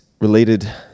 related